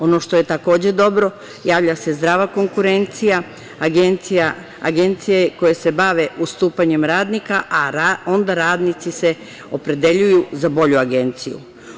Ono što je takođe dobro, javlja se zdrava konkurencija, agencije koje se bave ustupanjem radnika, a onda se radnici opredeljuju za bolju agenciju.